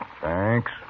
Thanks